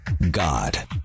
God